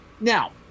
Now